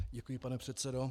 Děkuji, pane předsedo.